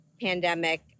pandemic